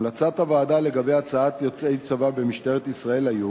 המלצת הוועדה לגבי הצבת יוצאי צבא במשטרת ישראל היתה